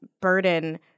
burden